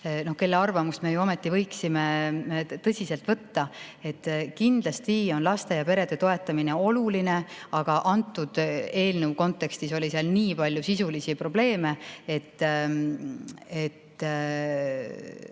kelle arvamust me ju ometi võiksime tõsiselt võtta. Kindlasti on laste ja perede toetamine oluline, aga selle eelnõu kontekstis oli palju sisulisi probleeme.